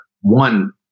one